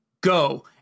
Go